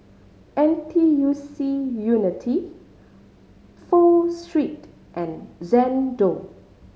N T U C Unity Pho Street and Xndo